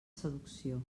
seducció